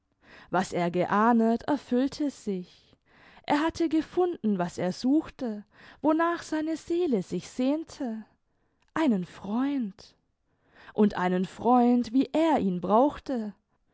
was er geahnet erfüllte sich er hatte gefunden was er suchte wonach seine seele sich sehnte einen freund und einen freund wie er ihn brauchte